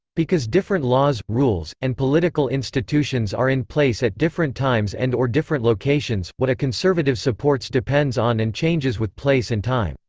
because different laws, rules, and political institutions are in place at different times and or different locations, what a conservative supports depends on and changes with place and time.